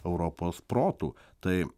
europos protų tai